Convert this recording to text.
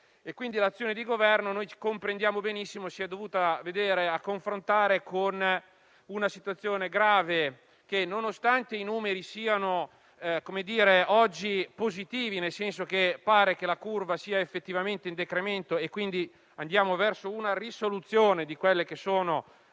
l'azione di Governo si sia dovuta confrontare con una situazione grave. E, nonostante i numeri siano oggi positivi, nel senso che pare che la curva sia effettivamente in decremento e andiamo verso una risoluzione di quelle che sono